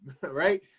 right